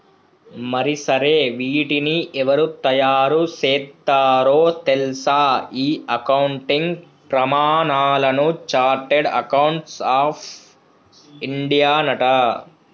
మరి సరే వీటిని ఎవరు తయారు సేత్తారో తెల్సా ఈ అకౌంటింగ్ ప్రమానాలను చార్టెడ్ అకౌంట్స్ ఆఫ్ ఇండియానట